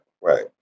right